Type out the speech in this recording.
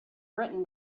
written